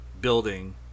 building